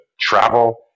travel